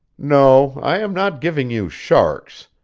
no, i am not giving you sharks.